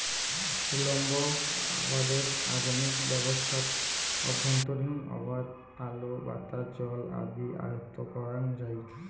উল্লম্ব আবাদের আধুনিক ব্যবস্থাত অভ্যন্তরীণ আবাদ আলো, বাতাস, জল আদি আয়ত্ব করাং যাই